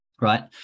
right